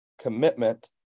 commitment